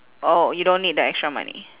oh you don't need the extra money